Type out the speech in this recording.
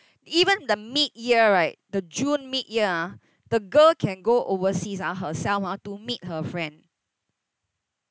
even the mid-year right the june mid-year ah the girl can go overseas ah herself ah to meet her friend